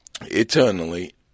Eternally